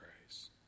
grace